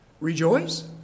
rejoice